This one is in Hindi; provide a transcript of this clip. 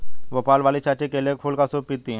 भोपाल वाली चाची केले के फूल का सूप पीती हैं